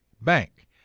Bank